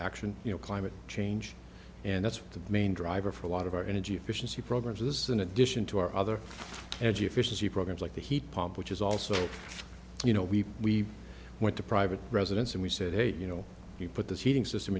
action you know climate change and that's the main driver for a lot of our energy efficiency programs is in addition to our other energy efficiency programs like the heat pump which is also you know we we went to private residence and we said hey you know you put this heating system